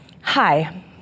Hi